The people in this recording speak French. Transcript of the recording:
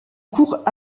courts